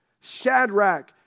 Shadrach